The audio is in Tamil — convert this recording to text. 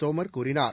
தோமர் கூறினார்